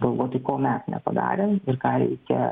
galvoti ko mes nepadarėm ir ką reikia